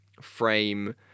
frame